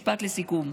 משפט לסיכום.